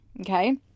okay